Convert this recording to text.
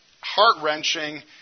heart-wrenching